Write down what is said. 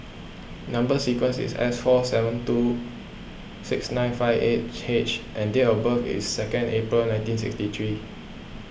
Number Sequence is S four seven two six nine five eight H and date of birth is second April nineteen sixty three